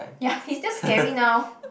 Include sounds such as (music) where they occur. ya (laughs) he's just scary now